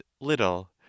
little